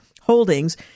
holdings